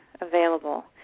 available